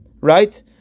right